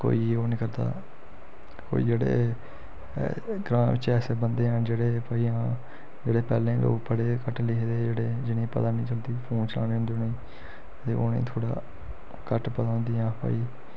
कोई ओह् नी करदा कोई जेह्ड़े ग्रांऽ च ऐसे बंदे हैन जेह्ड़े भई हां जेह्ड़े पैह्ले दे लोक पढ़े दे घट्ट लिखे दे जेह्ड़े जिनेंई पता नी चलदी फोन चलाने दा ते उनेंई थोह्ड़ा घट्ट पता कि जियां भाई